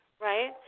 Right